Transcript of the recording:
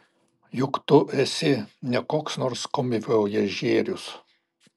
juk tu esi ne koks nors komivojažierius